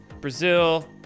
Brazil